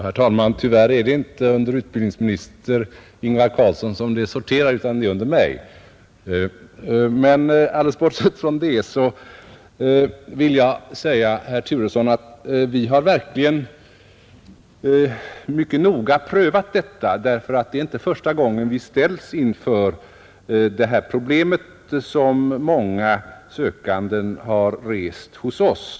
Herr talman! Tyvärr sorterar inte detta ärende under utbildningsminister Ingvar Carlsson, utan det sorterar under mig. Men bortsett från det vill jag säga till herr Turesson att vi har verkligen mycket noga prövat denna sak. Det är nämligen inte första gången vi ställs inför det här problemet, utan det har många sökande rest hos oss.